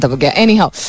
Anyhow